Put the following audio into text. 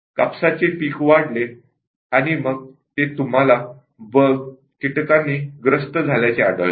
कापसाचे पीक वाढले आणि मग तुम्हाला ते बग कीटकांनी ग्रस्त झाल्याचे आढळले